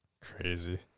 Crazy